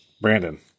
Brandon